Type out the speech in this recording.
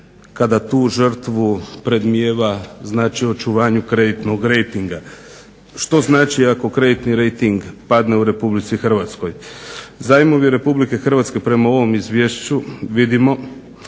kada tu žrtvu predmnijeva znači očuvanju kreditnog rejtinga. Što znači ako kreditni rejting padne u RH? Zajmovi RH perma ovom izvješću vidimo